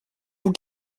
vous